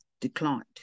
declined